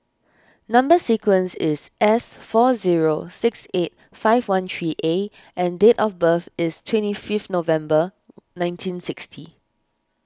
Number Sequence is S four zero six eight five one three A and date of birth is twenty five November nineteen sixty